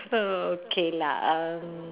okay lah um